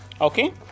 Okay